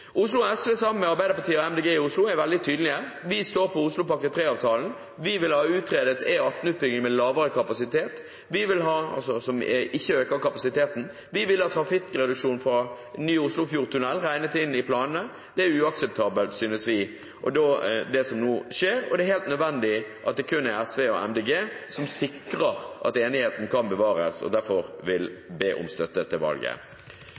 Oslo SV, sammen med Arbeiderpartiet og Miljøpartiet De Grønne i Oslo, er veldig tydelige: Vi står på Oslopakke 3-avtalen. Vi vil ha utredet en E18-utbygging som ikke øker kapasiteten. Vi vil ha trafikkreduksjonen fra en ny Oslofjordtunnel regnet inn i planene. Det som nå skjer, er uakseptabelt, synes vi, og det er helt nødvendig at det kun er SV og Miljøpartiet De Grønne som sikrer at enigheten kan bevares, og som derfor vil be om støtte til valget.